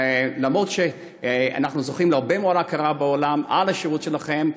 אף-על-פי שאנחנו זוכים להרבה מאוד הכרה בעולם על השירות שלכן,